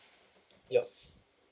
ya